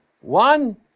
One